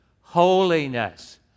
holiness